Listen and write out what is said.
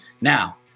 Now